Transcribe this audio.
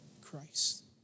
Christ